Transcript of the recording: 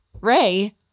Ray